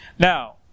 Now